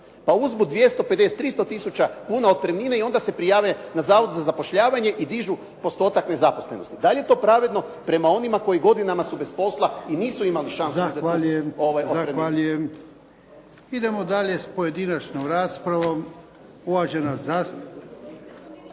pa uzmu 250, 300 tisuća kuna otpremnine i onda se prijave na Zavod za zapošljavanje i dižu postotak nezaposlenosti. Da li je to pravedno prema onima koji godinama su bez posla i nisu imali šanse za otpremninu? **Jarnjak, Ivan (HDZ)** Zahvaljujem. Idemo dalje s pojedinačnom raspravom. …/Upadica se